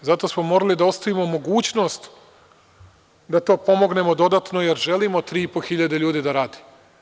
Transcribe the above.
Zato smo morali da ostavimo mogućnost da to pomognemo dodatno jer želimo 3.500 ljudi da radi.